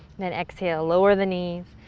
then exhale, lower the knees,